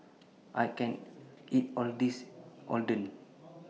I can't eat All of This Oden